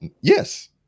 Yes